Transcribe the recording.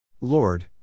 Lord